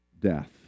death